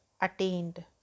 attained